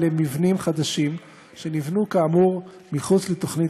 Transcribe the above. למבנים חדשים שנבנו כאמור מחוץ לתוכנית